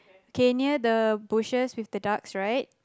okay near the bushes with the ducks right